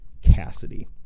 Cassidy